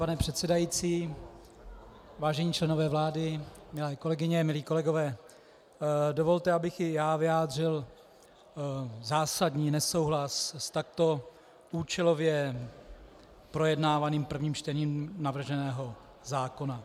Vážený pane předsedající, vážení členové vlády, milé kolegyně, milí kolegové, dovolte, abych i já vyjádřil zásadní nesouhlas s takto účelově projednávaným prvním čtením navrženého zákona.